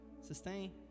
sustain